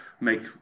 make